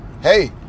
hey